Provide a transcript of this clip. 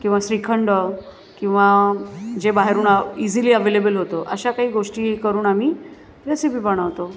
किंवा श्रीखंड किंवा जे बाहेरून इझीली अवेलेबल होतं अशा काही गोष्टी करून आम्ही रेसिपी बनवतो